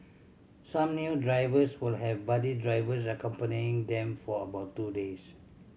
some newer drivers will have buddy drivers accompanying them for about two days